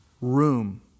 room